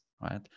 right